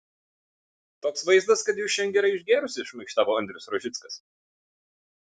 toks vaizdas kas jūs šian gerai išgėrusi šmaikštavo andrius rožickas